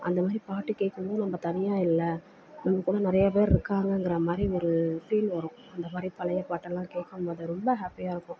அந்த மாதிரி பாட்டு கேட்கும் போது நம்ம தனியாக இல்லை நம்ம கூட நிறையா பேரு இருக்காங்கங்கிற மாதிரி ஒரு ஃபீல் வரும் அந்த மாதிரி பழைய பாட்டெல்லாம் கேட்கும் போது ரொம்ப ஹாப்பியாக இருக்கும்